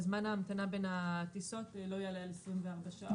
זמן ההמתנה בין הטיסות לא יעלה על 24 שעות.